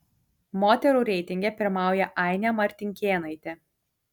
moterų reitinge pirmauja ainė martinkėnaitė